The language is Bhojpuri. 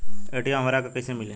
ए.टी.एम हमरा के कइसे मिली?